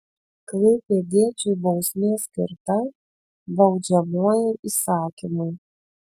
klaipėdiečiui bausmė skirta baudžiamuoju įsakymu